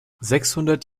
sechshundert